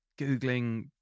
Googling